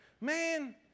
man